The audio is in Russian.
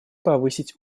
повысить